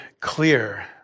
clear